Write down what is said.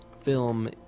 film